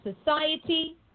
society